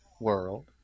world